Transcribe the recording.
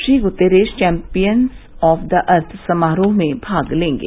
Shri Guterres champions of earth समारोह में भाग लेंगे